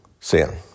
Sin